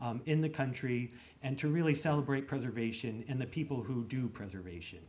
s in the country and to really celebrate preservation in the people who do preservation